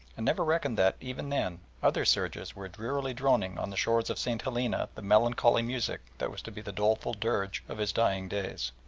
and never recking that, even then, other surges were drearily droning on the shores of st. helena the melancholy music that was to be the doleful dirge of his dying days.